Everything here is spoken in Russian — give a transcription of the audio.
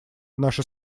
наша